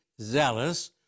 zealous